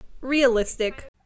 realistic